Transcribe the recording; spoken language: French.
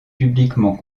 publiquement